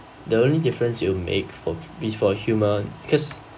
the only difference you make for be for human because